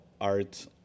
art